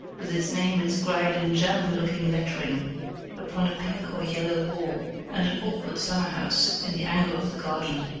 with its name inscribed in german-looking lettering upon a pink or yellow wall and an awkward summerhouse in the angle of the garden.